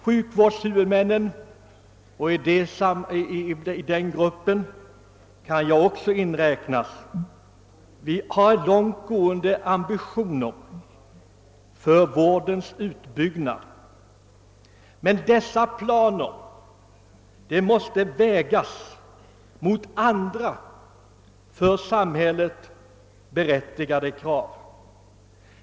Sjukvårdens huvudmän — och i den gruppen kan också jag inräknas — har långt gående ambitioner för vårdens utbyggnad, men planerna måste vägas mot andra berättigade krav.